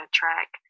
track